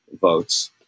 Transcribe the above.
votes